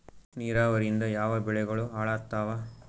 ನಿರಾವರಿಯಿಂದ ಯಾವ ಬೆಳೆಗಳು ಹಾಳಾತ್ತಾವ?